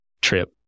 trip